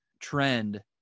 trend